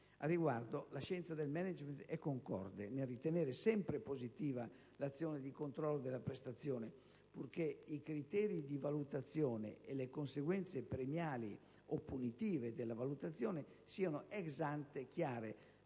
Al riguardo, la scienza del *management* è concorde nel ritenere sempre positiva l'azione di controllo della prestazione, purché i criteri di valutazione e le conseguenze premiali o punitive della valutazione siano *ex ante* chiare